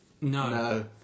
No